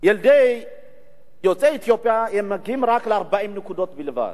ילדי יוצאי אתיופיה מגיעים ל-40 נקודות בלבד.